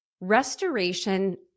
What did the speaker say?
Restoration